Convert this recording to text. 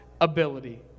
ability